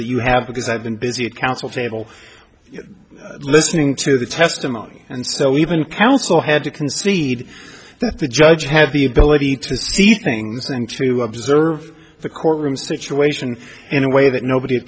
that you have because i've been busy at counsel table listening to the testimony and so even counsel had to concede that the judge had the ability to see things and to observe the courtroom situation in a way that nobody a